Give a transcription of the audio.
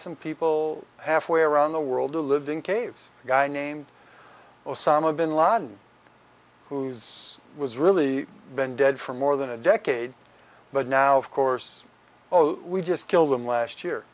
some people halfway around the world who lived in caves a guy named osama bin laden who is was really been dead for more than a decade but now of course we just killed them last year